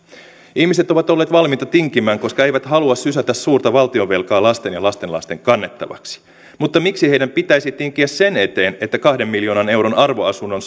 ihmiset ovat olleet valmiita tinkimään koska eivät halua sysätä suurta valtionvelkaa lasten ja lastenlasten kannettavaksi mutta miksi heidän pitäisi tinkiä sen eteen että kahden miljoonan euron arvoasunnon